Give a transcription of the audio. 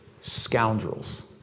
scoundrels